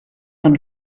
her